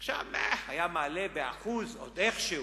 עכשיו, היה מעלה ב-1%, עוד איכשהו.